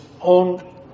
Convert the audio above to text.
own